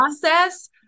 process